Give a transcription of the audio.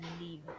leave